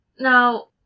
Now